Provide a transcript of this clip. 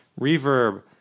reverb